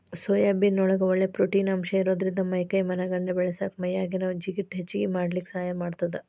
soybean ನೊಳಗ ಒಳ್ಳೆ protein ಅಂಶ ಇರೋದ್ರಿಂದ ಮೈ ಕೈ ಮನಗಂಡ ಬೇಳಸಾಕ ಮೈಯಾಗಿನ ಜಿಗಟ್ ಹೆಚ್ಚಗಿ ಮಾಡ್ಲಿಕ್ಕೆ ಸಹಾಯ ಮಾಡ್ತೆತಿ